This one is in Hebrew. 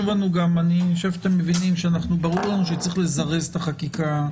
אני חושב שאתם מבינים שברור לנו שצריך לזרז את החקיקה.